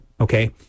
Okay